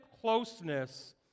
closeness